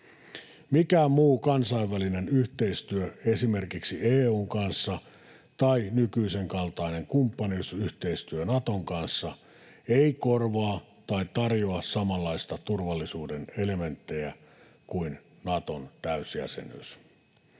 Mikään muu kansainvälinen yhteistyö esimerkiksi EU:n kanssa tai nykyisenkaltainen kumppanuusyhteistyö Naton kanssa ei korvaa tai tarjoa samanlaista turvallisuuden elementtiä kuin Naton täysjäsenyys.